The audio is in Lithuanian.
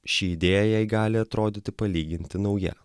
ši idėja jai gali atrodyti palyginti nauja